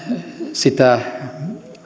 sitä